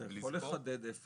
אתה יכול לחדד איפה?